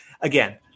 again